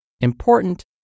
important